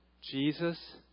Jesus